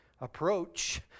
approach